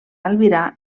albirar